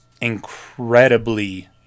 incredibly